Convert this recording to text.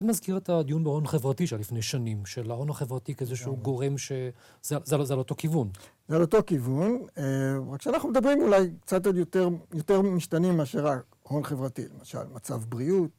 זה מזכיר את הדיון בהון חברתי שהיה לפני שנים, של ההון החברתי כאיזה שהוא גורם שזה על אותו כיוון. זה על אותו כיוון, רק שאנחנו מדברים אולי קצת עוד יותר משתנים מאשר ההון חברתי, למשל מצב בריאות.